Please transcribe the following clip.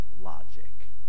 logic